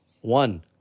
one